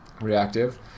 reactive